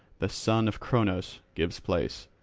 the son of cronos, gives place.